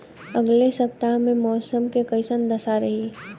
अलगे सपतआह में मौसम के कइसन दशा रही?